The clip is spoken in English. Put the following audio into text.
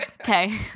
okay